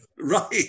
Right